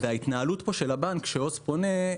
ההתנהלות כאן של הבנק שעוז פונה,